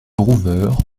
rouveure